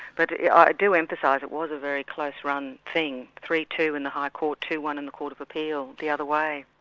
but yeah i do emphasise ah it it was a very close run thing, three two in the high court, two one in the court of appeal the other way.